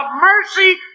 mercy